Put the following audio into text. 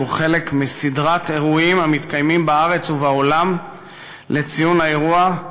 שהוא חלק מסדרת אירועים המתקיימים בארץ ובעולם לציון האירוע,